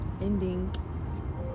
ending